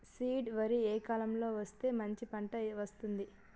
Seed వరి ఏ కాలం లో వేస్తే మంచి పంట వస్తది?